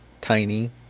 tiny